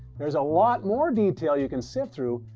there's a lot more detail you can sift through,